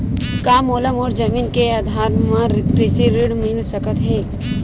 का मोला मोर जमीन के आधार म कृषि ऋण मिल सकत हे?